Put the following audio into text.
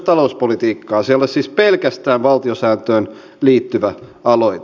se ei ole siis pelkästään valtiosääntöön liittyvä aloite